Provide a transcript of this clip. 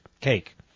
cake